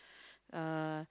uh